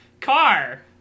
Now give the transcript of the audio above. car